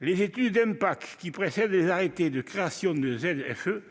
Les études d'impact qui précèdent les arrêtés de création d'une ZFE